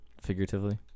figuratively